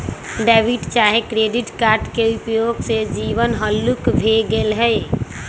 debit चाहे credit card के प्रयोग से जीवन हल्लुक भें गेल हइ